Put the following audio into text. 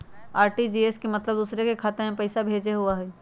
RTGS के मतलब दूसरे के खाता में पईसा भेजे होअ हई?